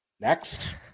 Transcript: Next